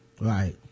right